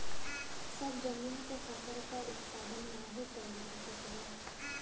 सभ जमीन पे फसल क उत्पादन नाही कइल जा सकल जाला